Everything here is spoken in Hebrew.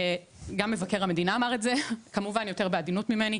גם מבקר המדינה אמר את זה כמובן יותר בעדינות ממני.